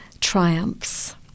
triumphs